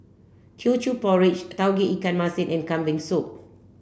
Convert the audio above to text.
Teochew Porridge Tauge Ikan Masin and Kambing Soup